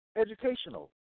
Educational